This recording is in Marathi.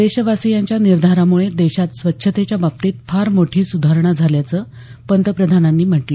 देशवासियांच्या निर्धारामुळे देशात स्वच्छतेच्या बाबतीत फार मोठी सुधारणा झाल्याचं पंतप्रधानांनी म्हटलं